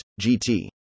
GT